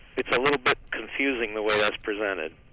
it's a little bit confusing the way that's presented.